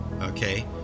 okay